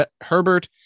Herbert